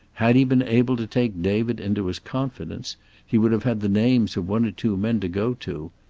had he been able to take david into his confidence he would have had the names of one or two men to go to,